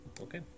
Okay